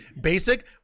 basic